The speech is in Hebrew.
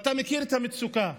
ואתה מכיר את המצוקה.